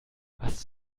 was